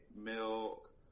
milk